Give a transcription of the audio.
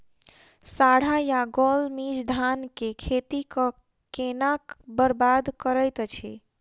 साढ़ा या गौल मीज धान केँ खेती कऽ केना बरबाद करैत अछि?